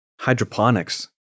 hydroponics